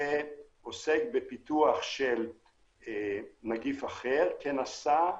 שעוסק בפיתוח של נגיף אחר כנשא,